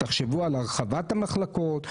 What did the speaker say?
תחשבו על הרחבת המחלקות.